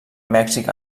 mèxic